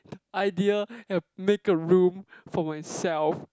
idea and make a room for myself